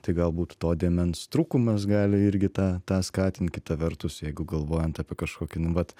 tai galbūt to dėmens trūkumas gali irgi tą tą skatint kita vertus jeigu galvojant apie kažkokį nu vat